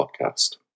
Podcast